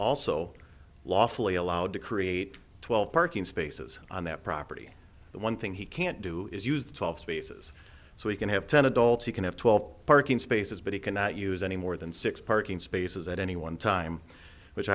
lawfully allowed to create twelve parking spaces on that property the one thing he can't do is use the twelve spaces so he can have ten adults he can have twelve parking spaces but he cannot use any more than six parking spaces at any one time which